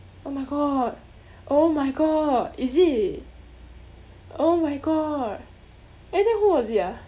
oh my god oh my god is it oh my god and then who was it ah